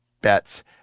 bets